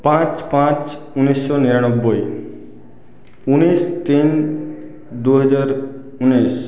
পাঁচ পাঁচ উনিশশো নিরানব্বই উনিশ তিন দু হাজার উনিশ